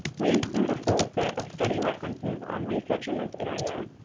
we include a full set of study references on research in this area,